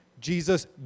Jesus